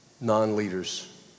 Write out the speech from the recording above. non-leaders